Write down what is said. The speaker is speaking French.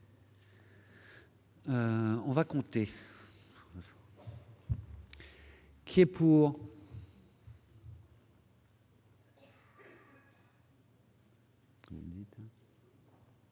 On va compter. Qui est pour.